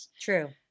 True